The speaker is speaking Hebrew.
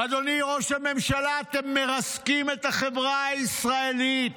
אדוני ראש הממשלה, אתם מרסקים את החברה הישראלית.